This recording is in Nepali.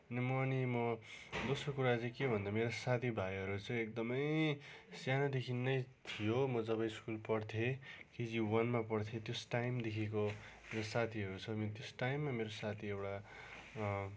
अनि म नि म दोस्रो कुरा चाहिँ के भन्दा मेरो साथीभाइहरू चाहिँ एकदमै सानोदेखि नै थियो म जब स्कुल पढ्थेँ केजी वानमा पढ्थेँ त्यस टाइमदेखिको मेरो साथीहरू छ त्यस टाइममा मेरो साथी एउटा